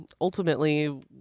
ultimately